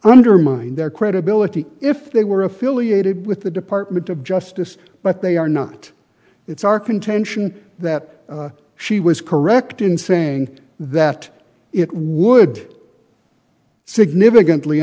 undermine their credibility if they were affiliated with the department of justice but they are not it's our contention that she was correct in saying that it would significantly